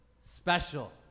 special